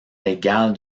légale